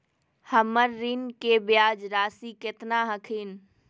हमर ऋण के ब्याज रासी केतना हखिन?